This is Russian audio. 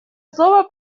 слово